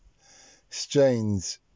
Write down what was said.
strange